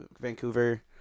Vancouver